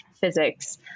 physics